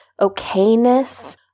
okayness